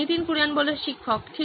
নীতিন কুরিয়ান শিক্ষক ঠিক